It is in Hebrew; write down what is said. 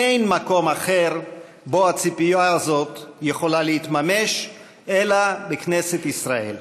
אין מקום אחר שבו הציפייה הזאת יכולה להתממש אלא בכנסת ישראל.